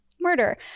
murder